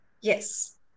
yes